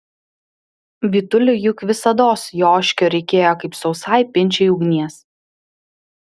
vytuliui juk visados joškio reikėjo kaip sausai pinčiai ugnies